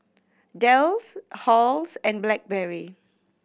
Dell Halls and Blackberry